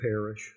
perish